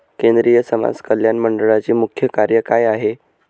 केंद्रिय समाज कल्याण मंडळाचे मुख्य कार्य काय आहे?